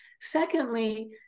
Secondly